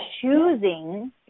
choosing